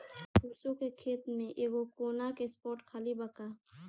सरसों के खेत में एगो कोना के स्पॉट खाली बा का?